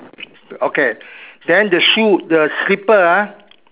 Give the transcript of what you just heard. okay then the shoe the slipper ah